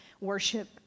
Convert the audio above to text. worship